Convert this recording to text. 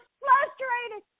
frustrated